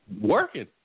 Working